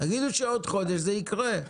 תגידו שבעוד חודש זה יקרה.